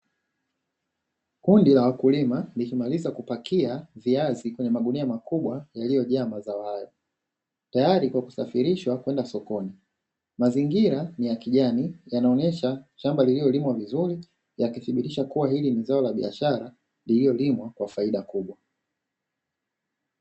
Kundi la wakulima likimaliza kupakia viazi kwenye magunia makubwa yaliyojaa mazao hayo, tayari kwa kusafirishwa kwenda sokoni. Mazingira ni ya kijani yanaonyesha shamba lililolimwa vizuri, yakithibitisha kuwa hili ni zao la biashara lililolimwa kwa faida kubwa.